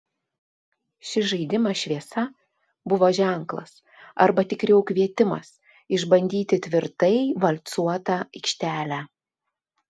šis žaidimas šviesa buvo ženklas arba tikriau kvietimas išbandyti tvirtai valcuotą aikštelę